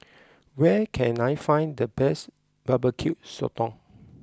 where can I find the best Barbecue Sotong